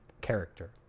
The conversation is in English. character